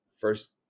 first